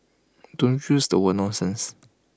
don't use the word nonsense